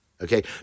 Okay